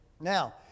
Now